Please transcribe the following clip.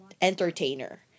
entertainer